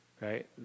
right